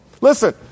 Listen